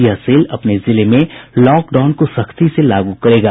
यह सेल अपने जिले में लॉक डाउन को सख्ती से लागू करेगा